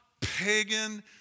pagan